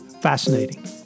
fascinating